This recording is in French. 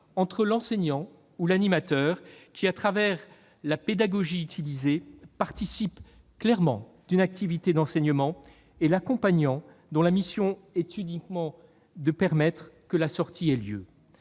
entre l'enseignant ou l'animateur, qui, à travers la pédagogie utilisée, participe clairement d'une activité d'enseignement, et l'accompagnant, dont la mission est uniquement de permettre que la sortie ait lieu.